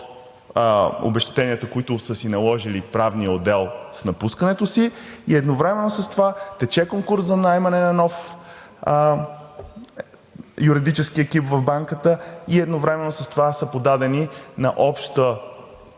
– 120 хиляди, които са си наложили правният отдел с напускането си, и едновременно с това тече конкурс за наемане на нов юридически екип в Банката, и едновременно с това са подадени на обществена